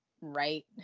right